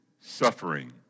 suffering